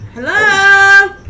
Hello